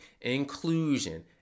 inclusion